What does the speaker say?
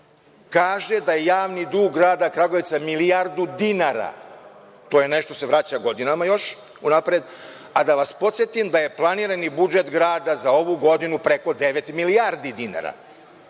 kaže da je javni dug grada Kragujevca milijardu dinara. To je nešto što se vraća godinama još unapred, a da vas podsetim da je planirani budžet grada za ovu godinu preko devet milijardi dinara.